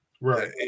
right